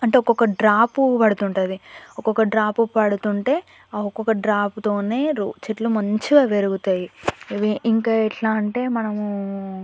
అంటే ఒక్కొక్క డ్రాపు పడుతుంటుంది ఒక్కొక్క డ్రాపు పడుతుంటే ఆ ఒక్కొక్క డ్రాపు తోనే రో చెట్లు మంచిగా పెరుగుతాయి ఇవి ఇంక ఎట్లా అంటే మనమూ